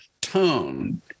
tone